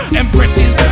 empresses